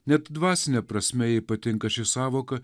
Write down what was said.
net dvasine prasme ji patinka ši sąvoka